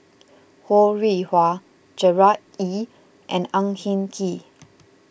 Ho Rih Hwa Gerard Ee and Ang Hin Kee